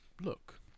look